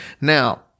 Now